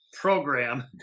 Program